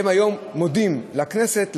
היום מודים לכנסת,